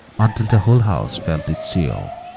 until the whole house felt its chill.